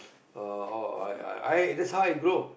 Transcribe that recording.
uh I I that's how I grow